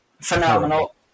phenomenal